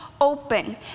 open